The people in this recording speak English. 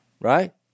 right